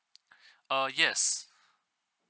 uh yes